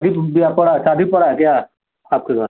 विध बियाह पड़ा है शादी पड़ी है क्या आपके घर